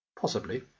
Possibly